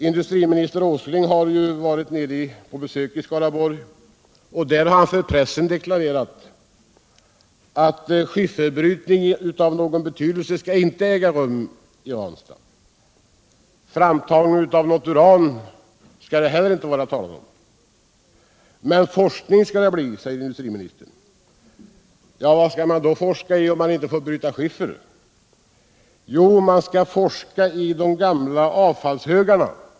Industriminister Åsling har nämligen vid ett besök i Skaraborg inför pressen deklarerat att skifferbrytning av någon betydelse inte skall äga rum i Ranstad. Framtagning av något uran kan det inte bli tal om där, men forskning skall det bli, har industriministern sagt. Vad skall man då forska i, om man inte får bryta skiffer? Jo, man skall forska i de gamla avfallshögarna.